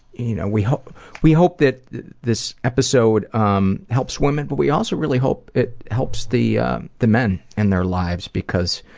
you know, we hope we hope that this episode um helps women but we also really hope it helps the the men in their lives because